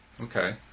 Okay